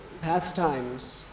pastimes